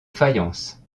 fayence